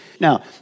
Now